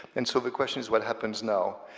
and so the question is what happens now.